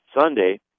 Sunday